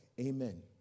Amen